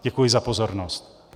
Děkuji za pozornost.